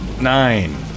Nine